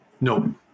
No